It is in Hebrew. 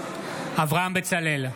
אברהם בצלאל,